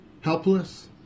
helpless